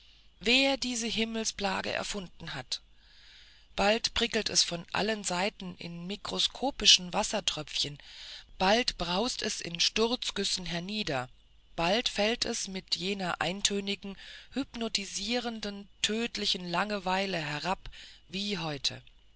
wer diese himmelsplage erfunden hat bald prickelt es von allen seiten in mikroskopischen wassertröpfchen bald braust es in sturzgüssen hernieder bald fällt es mit jener eintönigen hypnotisierenden tödlichen langeweile herab wie heute